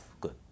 good